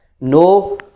No